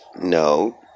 No